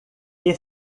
que